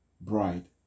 bride